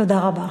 תודה רבה.